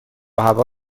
هوا